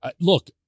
Look